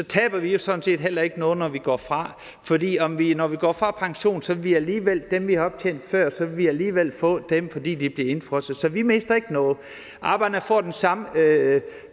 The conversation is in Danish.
så taber vi jo sådan set heller ikke noget, når vi går fra, for når vi går på pension, vil vi alligevel få de penge, vi har optjent tidligere, fordi de er blevet indefrosset. Så vi mister ikke noget. Arbejderne får præcis